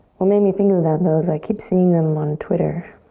what made me think of that those i keep seeing them on twitter.